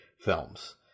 films